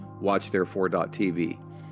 watchtherefore.tv